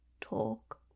talk